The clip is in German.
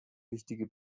wichtige